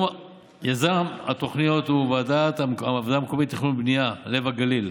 יזם התוכניות הוא הוועדה המקומית לתכנון ובנייה לב הגליל.